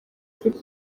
kuri